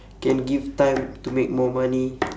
can give time to make more money